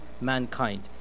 mankind